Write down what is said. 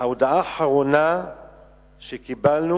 ההודעה האחרונה שקיבלנו,